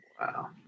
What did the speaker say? Wow